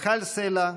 מיכל סלה,